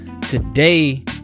today